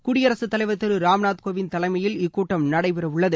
குடியரசுத் தலைவர் திரு ராம்நாத் கோவிந்த் தலைமையில் இக்கூட்டம் நடைபெற உள்ளது